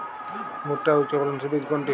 ভূট্টার উচ্চফলনশীল বীজ কোনটি?